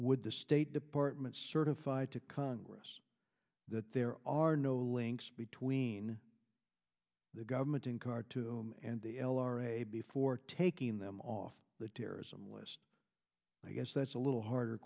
would the state department certified to congress that there are no links between the government in khartoum and the l r a before taking them off the terrorism list i guess that's a little harder